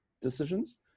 decisions